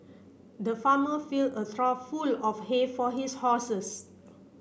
the farmer fill a full of hay for his horses